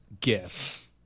gift